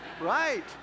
Right